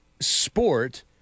sport